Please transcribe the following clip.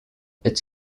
its